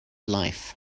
life